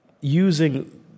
using